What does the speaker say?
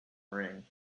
ring